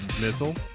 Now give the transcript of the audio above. Missile